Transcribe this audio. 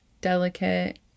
delicate